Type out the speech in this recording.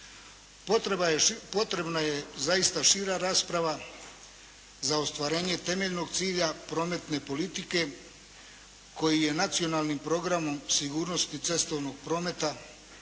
Potrebna je zaista šira rasprava za ostvarenje temeljnog cilja prometne politike koji je nacionalnim programom sigurnosti cestovnog prometa